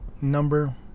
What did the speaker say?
number